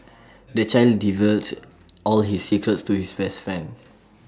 the child divulged all his secrets to his best friend